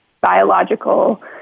biological